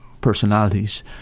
personalities